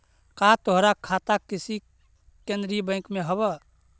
का तोहार खाता किसी केन्द्रीय बैंक में हव